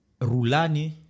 Rulani